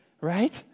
right